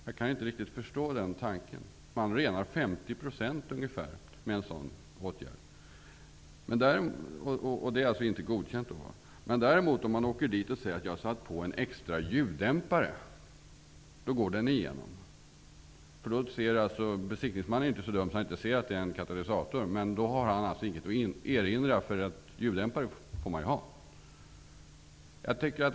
Jag kan inte riktigt förstå den tanken. Man renar ju ungefär 50 % med en sådan åtgärd. Om man däremot vid besiktningen säger att man har satt på en extra ljuddämpare går bilen igenom. Besiktningsmannen har ingenting att erinra mot det, eftersom man ju får ha ljuddämpare.